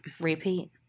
Repeat